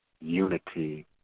unity